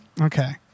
Okay